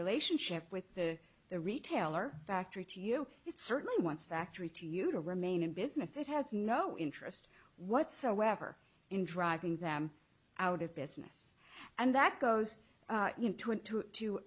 relationship with the the retailer factory to you it certainly wants factory to you to remain in business it has no interest whatsoever in driving them out of business and that goes into a two to